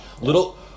Little